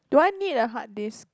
do I need a hard disk